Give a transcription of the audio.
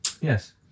yes